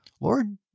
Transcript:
Lord